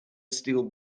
steel